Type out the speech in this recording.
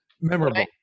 memorable